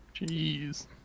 Jeez